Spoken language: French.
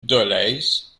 dolez